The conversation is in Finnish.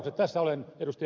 tästä olen ed